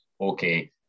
okay